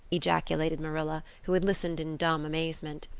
ejaculated marilla, who had listened in dumb amazement.